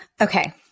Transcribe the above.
Okay